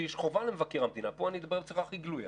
שיש חובה למבקר המדינה פה אני מדבר בצורה הכי גלויה